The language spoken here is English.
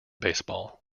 baseball